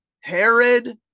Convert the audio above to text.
Herod